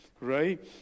Right